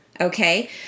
okay